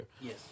Yes